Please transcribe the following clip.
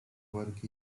work